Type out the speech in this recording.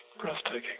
breathtaking